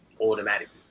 automatically